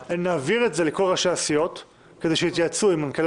נעביר את זה לכל ראשי הסיעות כדי שיתייעצו עם מנכ"לי